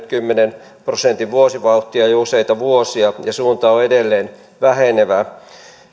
kymmenen prosentin vuosivauhtia jo useita vuosia ja suunta on edelleen vähenevä